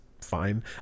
fine